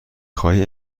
خواهی